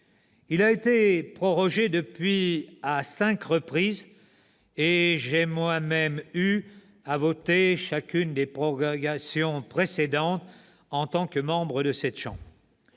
Il a été prorogé depuis lors à cinq reprises ; j'ai moi-même eu à voter chacune des prorogations précédentes en tant que membre de cette assemblée.